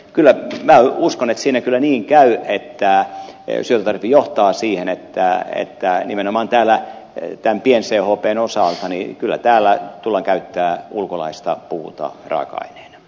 kyllä minä uskon että siinä kyllä niin käy että syöttötariffi johtaa siihen että nimenomaan tämän pien chpn osalta täällä kyllä tullaan käyttämään ulkolaista puuta raaka aineena